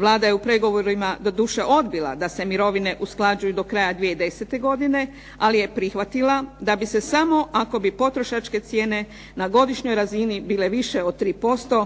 Vlada je u pregovorima doduše odbila da se mirovine usklađuju do kraja 2010. godine ali je prihvatila da bi se samo ako bi potrošačke cijene na godišnjoj razini bile više od 3%